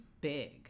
big